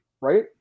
right